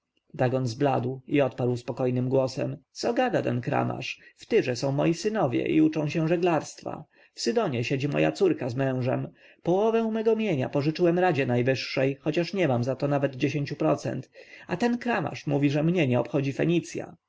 dagon zbladł i odparł spokojnym głosem co gada ten kramarz w tyrze są moi synowie i uczą się żeglarstwa w sydonie siedzi moja córka z mężem połowę mego mienia pożyczyłem radzie najwyższej choć nie mam za to nawet dziesięciu procent a ten kramarz mówi że mnie nie obchodzi fenicja